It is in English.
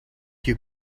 you